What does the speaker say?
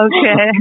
Okay